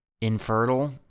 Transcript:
infertile